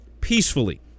peacefully